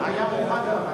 היה מוכן, דרך אגב.